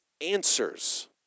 answers